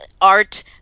art